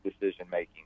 decision-making